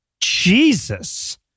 Jesus